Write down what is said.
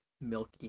milky